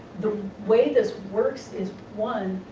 the way this works is, one,